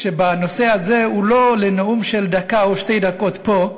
שהנושא הזה הוא לא לנאום של דקה או שתי דקות פה.